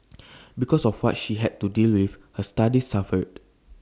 because of what she had to deal with her studies suffered